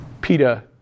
PETA